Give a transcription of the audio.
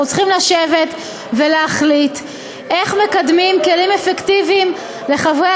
אנחנו צריכים לשבת ולהחליט איך מקדמים כלים אפקטיביים לחברי